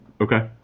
Okay